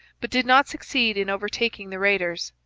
but did not succeed in overtaking the raiders.